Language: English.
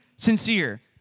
Sincere